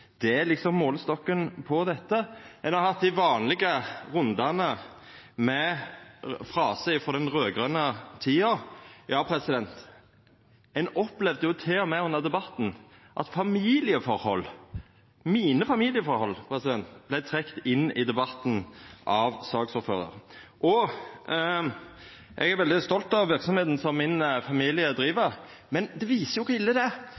det er liksom målestokken på dette. Ein har hatt dei vanlege rundane med frasar frå den raud-grøne tida. Ein opplevde til og med under debatten at familieforhold – familieforholda mine – vart trekt inn i debatten av saksordføraren. Eg er veldig stolt av verksemda som familien min driv. Men det viser kor ille det